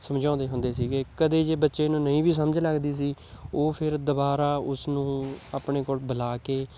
ਸਮਝਾਉਂਦੇ ਹੁੰਦੇ ਸੀਗੇ ਕਦੇ ਜੇ ਬੱਚੇ ਨੂੰ ਨਹੀਂ ਵੀ ਸਮਝ ਲੱਗਦੀ ਸੀ ਉਹ ਫਿਰ ਦੁਬਾਰਾ ਉਸਨੂੰ ਆਪਣੇ ਕੋਲ ਬੁਲਾ ਕੇ